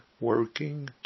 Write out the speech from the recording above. working